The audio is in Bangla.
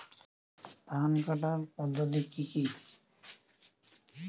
ধান কাটার পদ্ধতি কি কি?